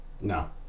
No